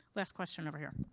last question over here.